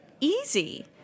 easy